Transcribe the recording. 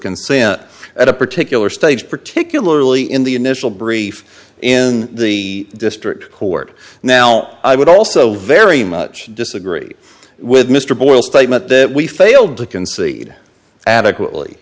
consent at a particular stage particularly in the initial brief in the district court now i would also very much disagree with mr boyle statement that we failed to concede adequately